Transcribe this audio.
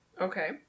Okay